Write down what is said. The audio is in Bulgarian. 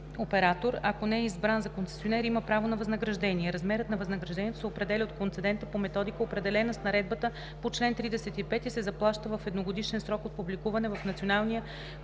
оператор, ако не е избран за концесионер, има право на възнаграждение. Размерът на възнаграждението се определя от концедента по методика, определена с наредбата по чл. 35 и се заплаща в едногодишен срок от публикуване в Националния